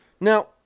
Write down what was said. Now